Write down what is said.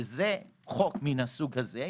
וזה חוק מן הסוג הזה,